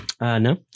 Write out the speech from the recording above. No